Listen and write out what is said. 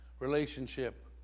relationship